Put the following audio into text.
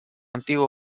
antiguo